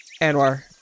Anwar